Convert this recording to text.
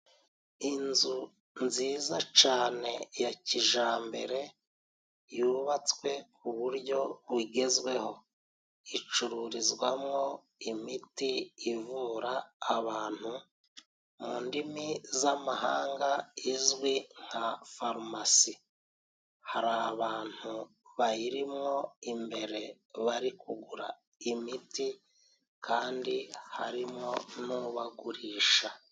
Inzu nziza cane ya kijambere yubatswe ku buryo bugezweho, icururizwamwo imiti ivura abantu mu ndimi z'amahanga izwi nka farumasi, hari abantu bayirimo imbere bari kugura imiti kandi harimo n'ubagurisha.